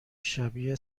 شبیه